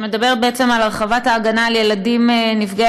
שמדברת בעצם על הרחבת ההגנה על ילדים נפגעי